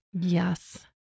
yes